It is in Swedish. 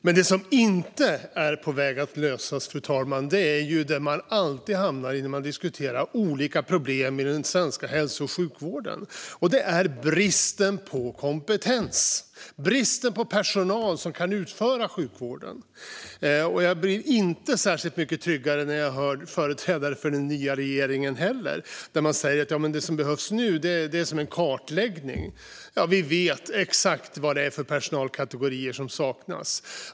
Men något som inte är på väg att lösas, fru talman, är den fråga man alltid hamnar i när man diskuterar olika problem i den svenska hälso och sjukvården, nämligen bristen på kompetens och bristen på personal som kan bedriva sjukvården. Jag blir inte särskilt mycket tryggare när jag hör företrädare för den nya regeringen, som säger att det som behövs nu är en kartläggning. Vi vet exakt vilka personalkategorier som saknas.